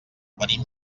venim